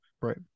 Right